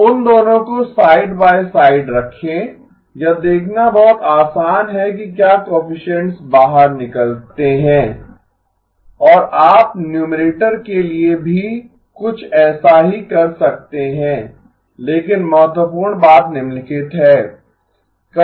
तो उन दोनों को साइड बाय साइड रखें यह देखना बहुत आसान है कि क्या कोएफिसिएन्ट्स बाहर निकलते हैं और आप न्यूमरेटर के लिए भी कुछ ऐसा ही कर सकते हैं लेकिन महत्वपूर्ण बात निम्नलिखित है